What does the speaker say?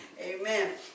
Amen